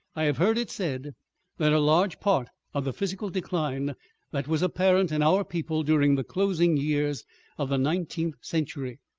i have heard it said that a large part of the physical decline that was apparent in our people during the closing years of the nineteenth century,